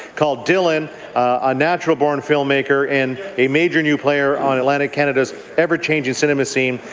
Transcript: called dillon a natural-born filmmaker and a major new player on atlantic canada's ever-changing cinema scene,